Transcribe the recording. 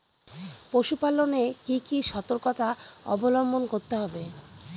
পশুপালন এ কি কি সর্তকতা অবলম্বন করতে হবে?